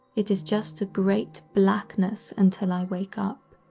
it is just a great blackness until i wake up.